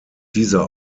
dieser